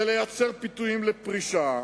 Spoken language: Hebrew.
ולייצר פיתויים לפרישה,